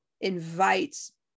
invites